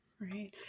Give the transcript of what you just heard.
Right